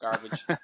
Garbage